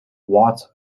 watts